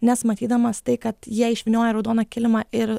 nes matydamas tai kad jie išvynioja raudoną kilimą ir